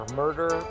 murder